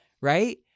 right